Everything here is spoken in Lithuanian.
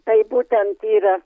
tai būtent yra